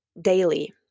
daily